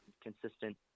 consistent